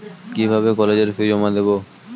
কিভাবে কলেজের ফি জমা দেবো?